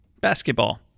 basketball